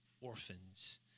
orphans